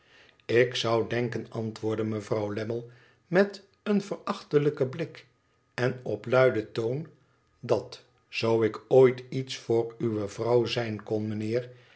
tik zou denken antwoordde mevrouw lammie meteen verachtelijken blik en op luiden toon dat zoo ik ooit iets voor uwe vrouw zijn kon mijnheer